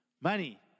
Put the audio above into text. Money